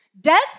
Death